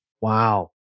wow